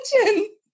imagine